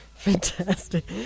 Fantastic